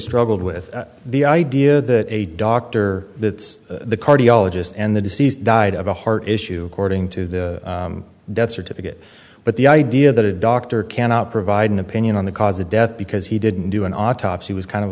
struggled with the idea that a doctor that the cardiologist and the deceased died of a heart issue cording to the deaths or to it but the idea that a doctor cannot provide an opinion on the cause of death because he didn't do an autopsy was kind of